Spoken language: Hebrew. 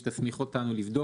שתסמיך אותנו לבדוק,